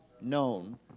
known